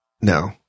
No